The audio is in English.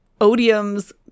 odium's